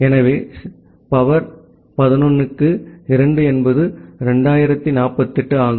எனவே சக்தி 11 க்கு 2 என்பது 2048 ஆகும்